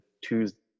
Tuesday